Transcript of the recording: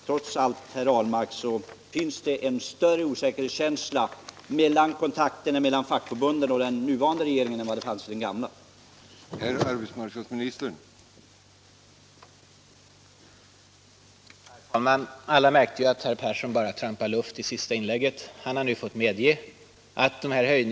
Trots allt, herr Ahlmark, finns det en större osäkerhetskänsla i kontakterna mellan fackförbunden och den nuvarande regeringen än i motsvarande kontakter med den gamla.